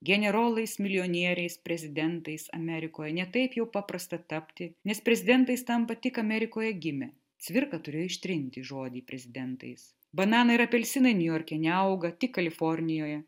generolais milijonieriais prezidentais amerikoje ne taip jau paprasta tapti nes prezidentais tampa tik amerikoje gimę cvirka turėjo ištrinti žodį prezidentais bananai ir apelsinai niujorke neauga tik kalifornijoje